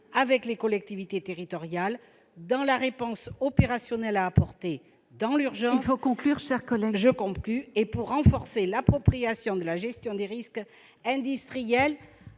et des collectivités territoriales dans la réponse opérationnelle à apporter dans l'urgence ... Il faut conclure !... et pour renforcer l'appropriation de la gestion des risques industriels